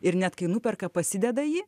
ir net kai nuperka pasideda jį